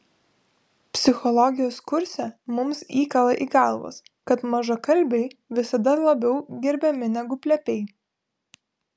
psichologijos kurse mums įkala į galvas kad mažakalbiai visada labiau gerbiami negu plepiai